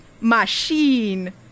machine